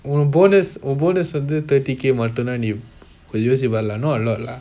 உனக்கு:unakku bonus உன்:un bonus வந்து:vanthu thirty K மட்டும் தான்:mattum dhan not a lot lah